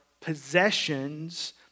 possessions